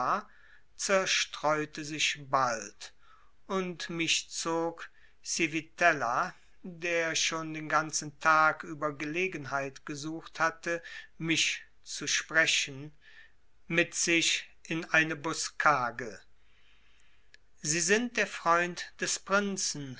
zerstreute sich bald und mich zog civitella der schon den ganzen tag über gelegenheit gesucht hatte mich zu sprechen mit sich in eine boskage sie sind der freund des prinzen